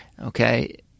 okay